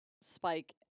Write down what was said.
Spike